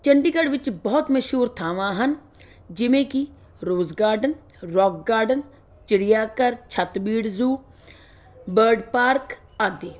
ਚੰਡੀਗੜ੍ਹ ਵਿੱਚ ਬਹੁਤ ਮਸ਼ਹੂਰ ਥਾਵਾਂ ਹਨ ਜਿਵੇਂ ਕਿ ਰੋਜ਼ ਗਾਰਡਨ ਰੌਕ ਗਾਰਡਨ ਚਿੜੀਆ ਘਰ ਛੱਤਬੀੜ ਜ਼ੂ ਬਰਡ ਪਾਰਕ ਆਦਿ